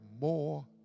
more